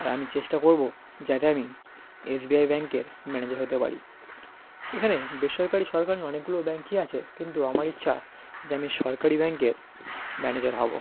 আর আমি চেষ্টা করব যাতে আমি এস বি আই ব্যাংকের ম্যানেজার হতে পারি এখানে বেসরকারি সরকারি অনেকগুলো ব্যাংকই আছে কিন্তু আমার ইচ্ছা যে আমি সরকারি ব্যাংকের ম্যানেজার হব